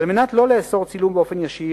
על מנת לא לאסור צילום באופן ישיר,